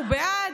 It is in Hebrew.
אנחנו בעד.